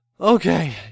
Okay